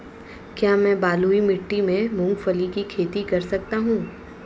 क्या मैं बलुई मिट्टी में मूंगफली की खेती कर सकता हूँ?